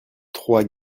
trois